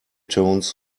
tones